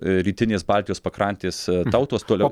rytinės baltijos pakrantės tautos toliau